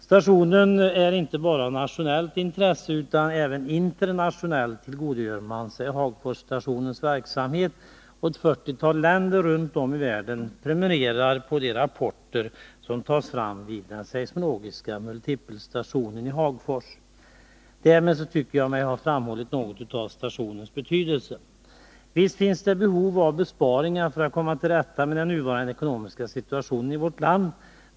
Stationen är inte bara av nationellt intresse, utan även internationellt tillgodogör man sig Hagforsstationens verksamhet, och ett fyrtiotal länder runt om i världen prenumererar på de rapporter som tas fram vid den seismologiska multipelstationen i Hagfors. — Därmed tycker jag mig ha framhållit något av stationens betydelse. Visst finns det behov av besparingar för att komma till rätta med den nuvarande ekonomiska situationen i vårt land.